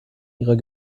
ihrer